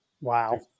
Wow